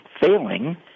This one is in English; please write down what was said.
failing